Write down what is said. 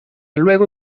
luego